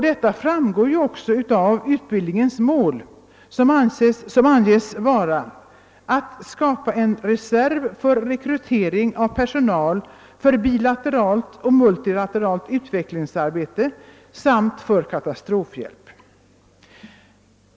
Detta framgår ju också av utbildningens mål, som anses vara »att skapa en reserv för rekrytering av personal för bilateralt och multilateralt utvecklingsarbete samt för katastrofhjälp».